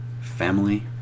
family